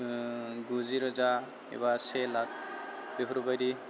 गुजिरोजा एबा से लाख बेफोरबायदि